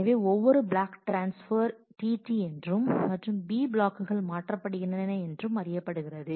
எனவே ஒவ்வொரு block transfer tT என்றும் மற்றும் b ப்ளாக்குகள் மாற்றப்படுகின்றன என்றும் அறியப்படுகிறது